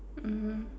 mmhmm